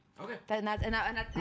okay